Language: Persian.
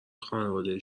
خانواده